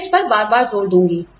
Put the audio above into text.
मैं इस पर बार बार जोर दूंगी